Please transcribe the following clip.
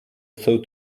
thought